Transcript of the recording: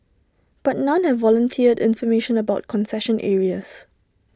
but none have volunteered information about concession areas